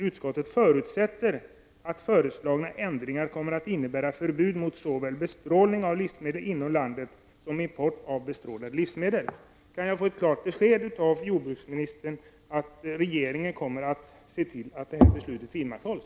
Utskottet förutsätter att föreslagna ändringar kommer att innebära förbud mot såväl bestrålning av livsmedel inom landet som import av bestrålade livsmedel.” Kan jag få ett klart besked från jordbruksministern om att regeringen kommer att se till att detta beslut vidmakthålls?